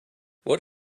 what